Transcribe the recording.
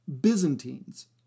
Byzantines